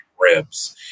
ribs